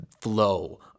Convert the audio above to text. flow